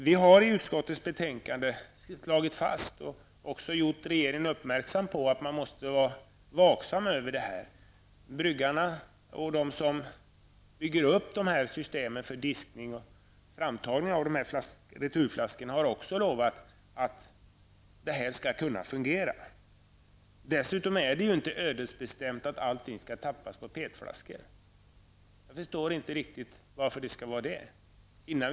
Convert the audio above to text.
Vi har i utskottets betänkande slagit fast, och också gjort regeringen uppmärksam på, att man måste vara vaksam när det gäller dessa problem. Bryggarna och de som bygger upp dessa system för diskning och framtagning av dessa returflaskor har också lovat att systemet skall kunna fungera. Dessutom är det inte ödesbestämt att allting skall tappas på PET-flaskor. Jag förstår inte riktigt varför så skulle vara fallet.